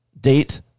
date